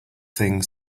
thing